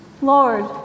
Lord